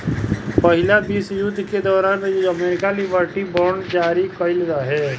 पहिला विश्व युद्ध के दौरान अमेरिका लिबर्टी बांड जारी कईले रहे